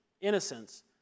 innocence